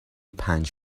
پنج